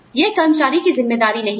यह कर्मचारी की जिम्मेदारी नहीं है